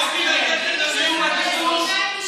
עד שלא יהיה שלום עם הפלסטינים,